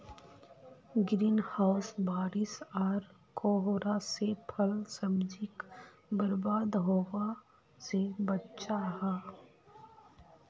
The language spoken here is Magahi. ग्रीन हाउस बारिश आर कोहरा से फल सब्जिक बर्बाद होवा से बचाहा